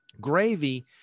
Gravy